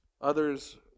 Others